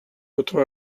votre